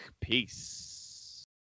Peace